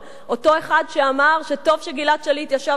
זה אותו אחד שאמר שטוב שגלעד שליט ישב בשבי,